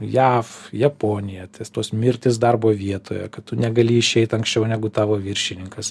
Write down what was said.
jav japonija tos mirtys darbo vietoje kad tu negali išeit anksčiau negu tavo viršininkas